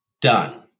Done